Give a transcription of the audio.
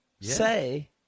say